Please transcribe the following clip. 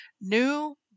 new